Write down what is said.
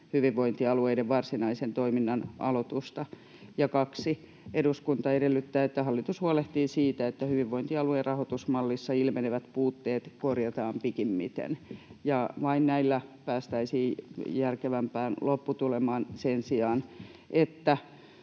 hyvinvointialueiden varsinaisen toiminnan aloitusta.” Ja toinen: ”Eduskunta edellyttää, että hallitus huolehtii siitä, että hyvinvointialueen rahoitusmallissa ilmenevät puutteet korjataan pikimmiten.” Vain näillä päästäisiin järkevämpään lopputulemaan sen sijaan, että